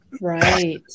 Right